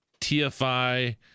TFI